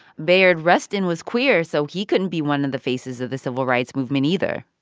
bayard rustin was queer, so he couldn't be one of the faces of the civil rights movement either